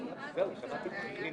לא מסר אפילו מקרה אחד.